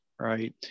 right